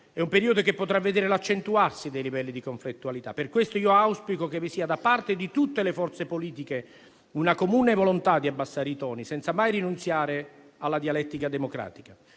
elettorali, che potrebbe vedere l'accentuarsi dei livelli di conflittualità. Per questo auspico che vi sia, da parte di tutte le forze politiche, una comune volontà di abbassare i toni, senza mai rinunciare alla dialettica democratica.